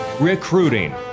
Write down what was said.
recruiting